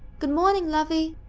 good morning, lovie!